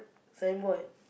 signboard